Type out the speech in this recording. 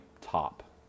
top